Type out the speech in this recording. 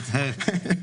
את זה אני יודע.